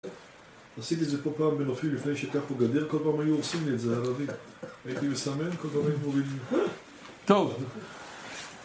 עשיתי את זה פה פעם בנופים, לפני שהייתה פה גדר, כל פעם היו הורסים לי את זה, הערבים. הייתי מסמן, כל פעם היו מורידים לי.